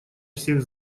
всех